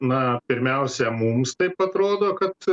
na pirmiausia mums taip atrodo kad